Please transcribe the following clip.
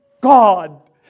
God